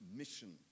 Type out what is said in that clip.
mission